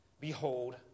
Behold